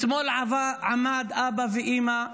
אתמול עמדו אבא ואימא מטמרה,